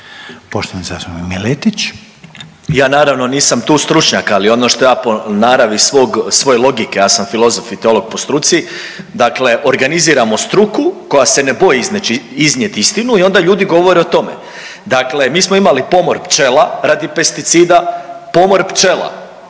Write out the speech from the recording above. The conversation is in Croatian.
Marin (MOST)** Ja naravno nisam tu stručnjak ali ono što ja po naravi svog, svoje logike ja sam filozof i teolog po struci, dakle organiziramo struku koja se ne boji iznijeti istinu i onda ljudi govore o tome. Dakle, mi smo imali pomor pčela radi pesticida. Pomor pčela,